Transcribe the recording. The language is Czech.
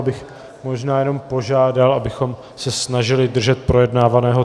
Já bych možná jenom požádal, abychom se snažili držet projednávaného tématu.